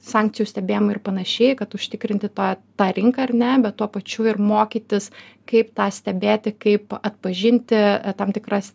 sankcijų stebėjimo ir panašiai kad užtikrinti tą tą rinką ar ne bet tuo pačiu ir mokytis kaip tą stebėti kaip atpažinti tam tikras